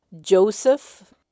Joseph